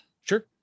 Sure